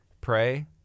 pray